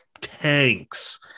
tanks